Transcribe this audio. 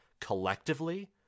collectively